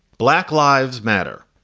black lives matter.